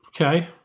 Okay